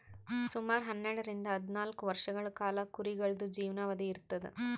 ಸುಮಾರ್ ಹನ್ನೆರಡರಿಂದ್ ಹದ್ನಾಲ್ಕ್ ವರ್ಷಗಳ್ ಕಾಲಾ ಕುರಿಗಳ್ದು ಜೀವನಾವಧಿ ಇರ್ತದ್